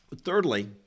Thirdly